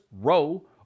row